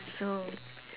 so